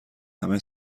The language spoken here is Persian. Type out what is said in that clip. همه